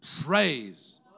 praise